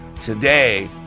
Today